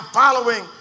following